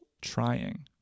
trying